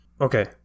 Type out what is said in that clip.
Okay